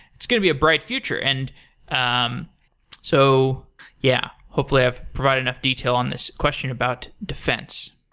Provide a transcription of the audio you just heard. it's going to be a bright future. and um so yeah, hopefully i've provided enough detail on this question about defense.